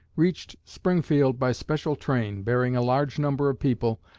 reached springfield by special train, bearing a large number of people,